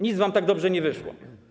Nic wam tak dobrze nie wyszło.